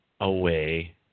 Away